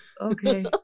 okay